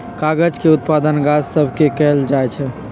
कागज के उत्पादन गाछ सभ से कएल जाइ छइ